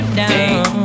down